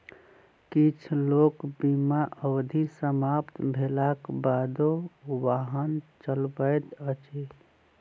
किछ लोक बीमा अवधि समाप्त भेलाक बादो वाहन चलबैत अछि